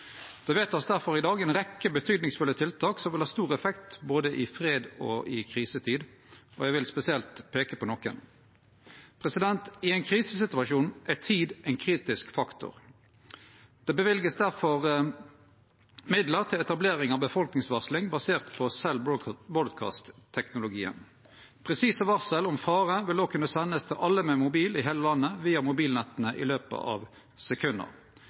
Det vert i dag difor vedteke ei rekkje betydingsfulle tiltak som vil ha stor effekt både i fredstid og i krisetid, og eg vil spesielt peike på nokre. I ein krisesituasjon er tid ein kritisk faktor. Det vert difor løyvd midlar til etablering av befolkningsvarsling basert på Cell Broadcast-teknologien. Presise varsel om fare vil òg kunne sendast til alle med mobil i heile landet via mobilnetta i løpet av sekundar.